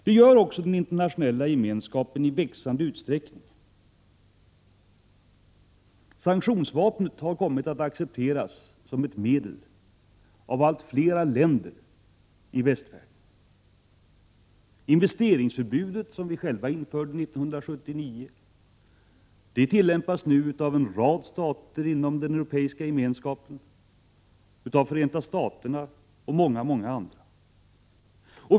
Det gör också den internationella gemenskapen i växande utsträckning. Sanktionsvapnet har kommit att accepteras som ett medel av allt flera länder i västvärlden. Investeringsförbud, som vi själva införde 1979, tillämpas nu av en rad stater inom den Europeiska gemenskapen, av Förenta Staterna och av många andra.